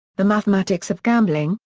the mathematics of gambling,